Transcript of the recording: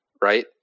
right